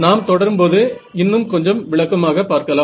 நலம் தொடரும்போது இன்னும் கொஞ்சம் விளக்கமாக பார்க்கலாம்